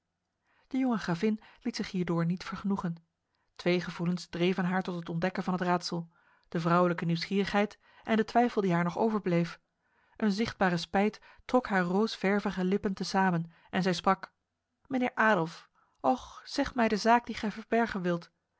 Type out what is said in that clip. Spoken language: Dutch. de jonge gravin liet zich hierdoor niet vergenoegen twee gevoelens dreven haar tot het ontdekken van het raadsel de vrouwelijke nieuwsgierigheid en de twijfel die haar nog overbleef een zichtbare spijt trok haar roosvervige lippen te samen en zij sprak mijnheer adolf och zeg mij de zaak die gij verbergen wilt